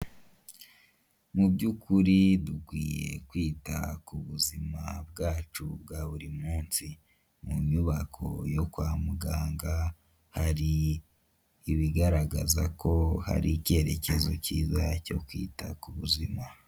Mu by'ukuri dukwiye kwita ku buzima bwacu bwa buri munsi, mu nyubako yo kwa muganga hari ibigaragaza ko hari icyerekezo cyiza cyo kwita ku buzima.